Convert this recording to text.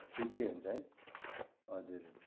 ठिकै हुन्छ है हजुर